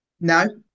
No